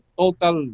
total